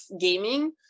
gaming